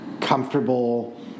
comfortable